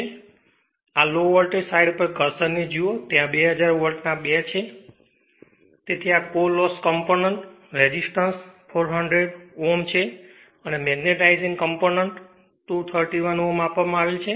તેથી આ low voltage side પર આ કર્સર ને જુઓ ત્યાં 200 વોલ્ટ ના બે છે તેથી આ કોર લેસ કમ્પોનન્ટ રેસિસ્ટન્સ 400 Ω અને મેગ્નેટાઇઝિંગ કમ્પોનન્ટ 231 Ω આપવામાં આવેલ છે